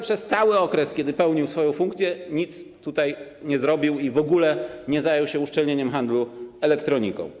Przez cały okres, kiedy pełnił swoją funkcję, nic nie zrobił i w ogóle nie zajął się uszczelnieniem handlu elektroniką.